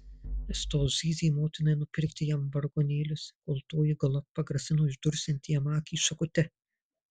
jis tol zyzė motinai nupirkti jam vargonėlius kol toji galop pagrasino išdursianti jam akį šakute